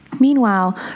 Meanwhile